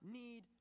need